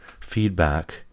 feedback